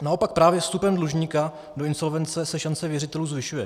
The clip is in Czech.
Naopak právě vstupem dlužníka do insolvence se šance věřitelů zvyšuje.